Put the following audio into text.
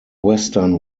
western